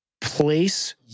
place